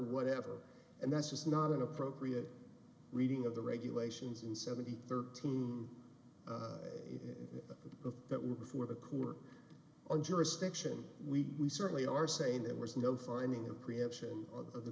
whatever and that's just not an appropriate reading of the regulations and seventy thirteen of that were before the court on jurisdiction we certainly are saying there was no finding of preemption of the